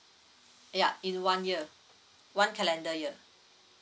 yup in one year one calendar year